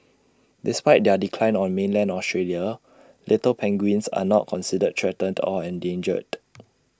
despite their decline on mainland Australia little penguins are not considered threatened or endangered